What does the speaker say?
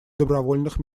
добровольных